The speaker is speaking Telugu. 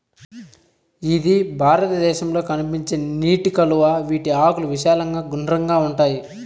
ఇది భారతదేశంలో కనిపించే నీటి కలువ, వీటి ఆకులు విశాలంగా గుండ్రంగా ఉంటాయి